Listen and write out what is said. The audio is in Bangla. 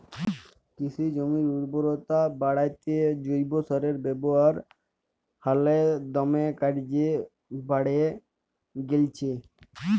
কিসি জমির উরবরতা বাঢ়াত্যে জৈব সারের ব্যাবহার হালে দমে কর্যে বাঢ়্যে গেইলছে